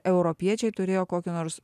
europiečiai turėjo kokį nors